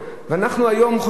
ואנחנו היום חושבים,